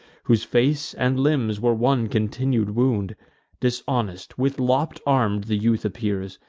whose face and limbs were one continued wound dishonest, with lopp'd arms, the youth appears,